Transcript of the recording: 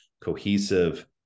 cohesive